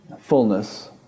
fullness